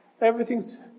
everything's